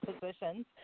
positions